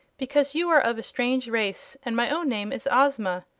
because you are of a strange race and my own name is ozma.